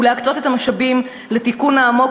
ולהקצות את המשאבים לתיקון העמוק,